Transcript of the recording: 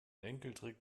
enkeltrick